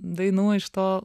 dainų iš to